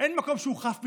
אין מקום שהוא חף מטעויות,